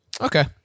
Okay